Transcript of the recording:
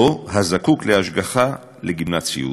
או הזקוק להשגחה, לגמלת סיעוד.